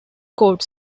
code